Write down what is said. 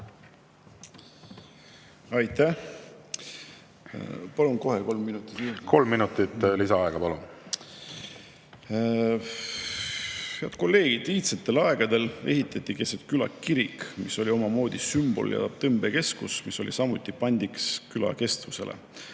Aitäh! Palun kohe kolm minutit juurde. Kolm minutit lisaaega, palun! Head kolleegid! Iidsetel aegadel ehitati keset küla kirik, mis oli omamoodi sümbol ja tõmbekeskus, mis oli samuti pandiks küla kestvusele.